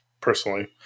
personally